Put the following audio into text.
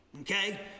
okay